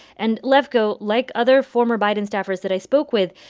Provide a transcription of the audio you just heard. and lefko, like other former biden staffers that i spoke with,